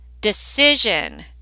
decision